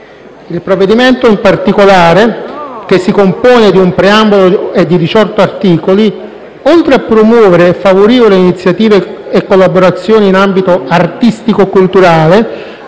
Il provvedimento, in particolare, che si compone di un preambolo e di diciotto articoli, oltre a promuovere e favorire iniziative e collaborazioni in ambito artistico-culturale,